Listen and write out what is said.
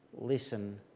listen